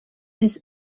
his